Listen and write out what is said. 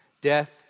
Death